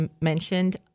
mentioned